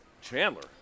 Chandler